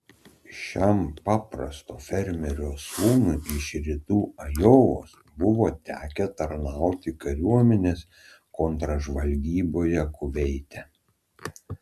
šiam paprasto fermerio sūnui iš rytų ajovos buvo tekę tarnauti kariuomenės kontržvalgyboje kuveite